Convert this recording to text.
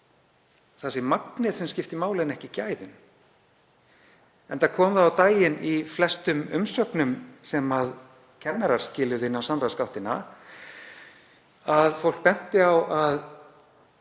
sé magnið sem skipti máli en ekki gæðin. Enda kom það á daginn, í flestum umsögnum sem kennarar skiluðu inn á samráðsgáttina, að fólk benti á að